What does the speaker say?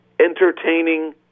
entertaining